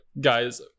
Guys